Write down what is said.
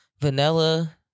vanilla